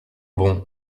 bon